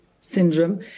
syndrome